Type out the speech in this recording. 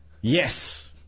Yes